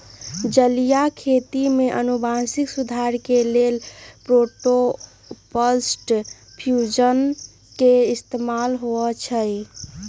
जलीय खेती में अनुवांशिक सुधार के लेल प्रोटॉपलस्ट फ्यूजन के इस्तेमाल होई छई